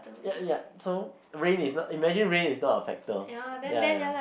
ya ya so rain is not imagine rain is not a factor ya ya